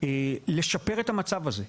לשפר את המצב הזה.